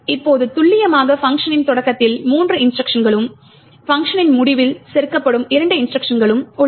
இப்போது துல்லியமாக பங்க்ஷனின் தொடக்கத்தில் மூன்று இன்ஸ்ட்ருக்ஷன்களும் பங்க்ஷனின் முடிவில் செருகப்படும் இரண்டு இன்ஸ்ட்ருக்ஷன்களும் உள்ளன